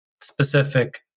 specific